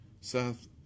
Seth